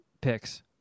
picks